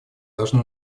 должны